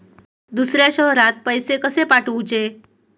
दुसऱ्या शहरात पैसे कसे पाठवूचे?